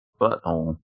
butthole